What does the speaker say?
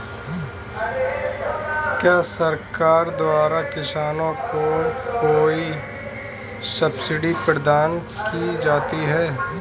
क्या सरकार द्वारा किसानों को कोई सब्सिडी प्रदान की जाती है?